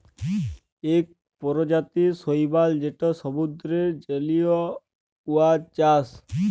ইক পরজাতির শৈবাল যেট সমুদ্দুরে জল্মায়, উয়ার চাষ